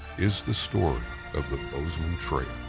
is the story of the bozeman trail.